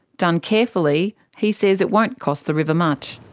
done carefully, he says it won't cost the river much.